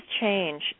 change